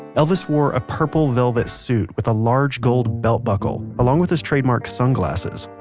elvis wore a purple velvet suit with a large gold belt buckle along with his trademark sunglasses.